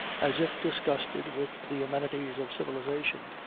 as if disgusted with the amenities of civilization,